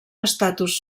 estatus